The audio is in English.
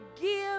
give